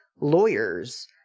lawyers